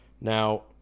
Now